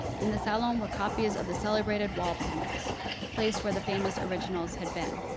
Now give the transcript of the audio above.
in the salon were copies of the celebrated wall panels placed where the famous originals had been.